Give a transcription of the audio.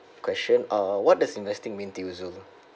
question uh what does investing mean to you zul